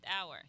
hour